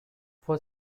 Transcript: for